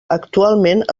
actualment